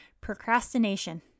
procrastination